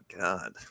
God